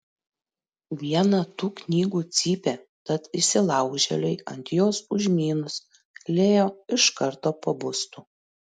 viena tų knygų cypia tad įsilaužėliui ant jos užmynus leo iš karto pabustų